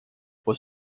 was